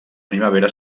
primavera